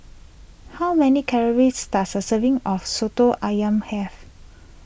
how many calories does a serving of Soto Ayam have